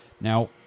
Now